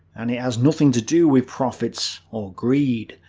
and it has nothing to do with profits or greed.